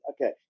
Okay